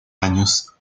años